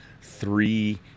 three